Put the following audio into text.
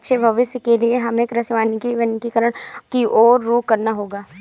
अच्छे भविष्य के लिए हमें कृषि वानिकी वनीकरण की और रुख करना होगा